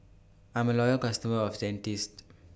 I'm A Loyal customer of Dentiste